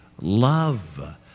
love